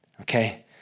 okay